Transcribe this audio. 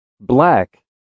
Black